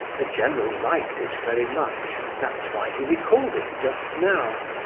the general liked it very much, and that's why he recalled it just now.